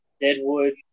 Deadwood